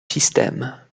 système